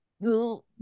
no